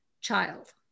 child